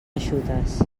eixutes